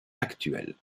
actuel